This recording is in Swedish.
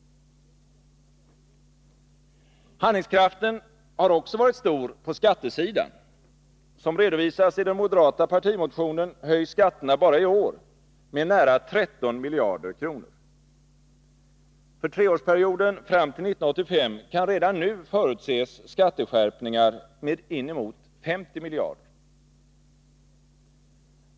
Handlingskraften har också varit stor på skattesidan. Som redovisas i den moderata partimotionen höjs skatterna bara i år med nära 13 miljarder kronor. För treårsperioden fram till 1985 kan redan nu förutses skatteskärpningar med inemot 50 miljarder.